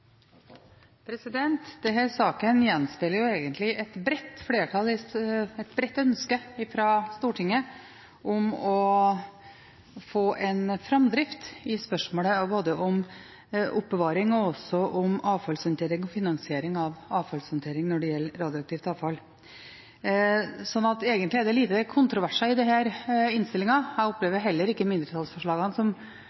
saken gjenspeiler egentlig et bredt ønske fra Stortinget om å få framdrift i spørsmålene både om oppbevaring og om finansiering av avfallshåndtering når det gjelder radioaktivt avfall. Så egentlig er det lite kontroverser i denne innstillingen. Jeg opplever heller ikke mindretallsforslagene som veldig avvikende fra det